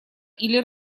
или